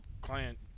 Client